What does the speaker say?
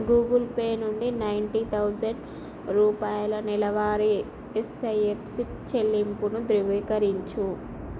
Google Pay నుండి ninety thousand రూపాయల నెలవారీ ఎస్ఐఎప్ సిప్ చెల్లింపును ధృవీకరించు